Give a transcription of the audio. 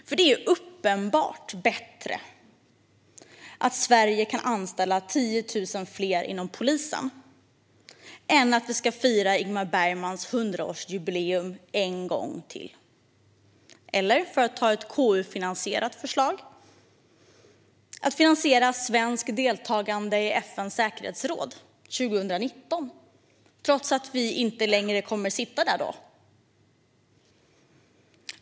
Det är ju uppenbart bättre att Sverige kan anställa 10 000 fler inom polisen än att fira Ingmar Bergmans 100-årsjubileum en gång till. Eller, för att ta ett KU-finansierat förslag, att finansiera svenskt deltagande i FN:s säkerhetsråd 2019 trots att Sverige inte längre kommer att sitta där då.